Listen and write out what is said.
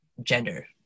gender